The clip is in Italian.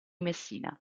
messina